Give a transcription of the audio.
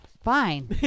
fine